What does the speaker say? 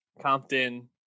compton